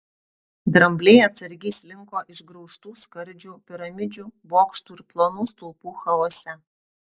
drambliai atsargiai slinko išgraužtų skardžių piramidžių bokštų ir plonų stulpų chaose